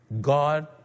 God